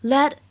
Let